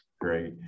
Great